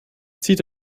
zieht